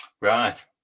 Right